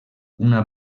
una